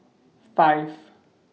five